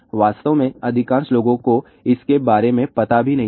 वास्तव में अधिकांश लोगों को इसके बारे में पता भी नहीं है